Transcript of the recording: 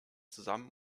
zusammen